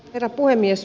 herra puhemies